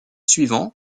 suivants